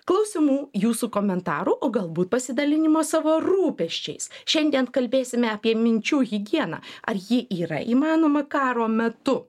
klausimų jūsų komentarų o galbūt pasidalinimo savo rūpesčiais šiandien kalbėsime apie minčių higieną ar ji yra įmanoma karo metu